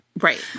Right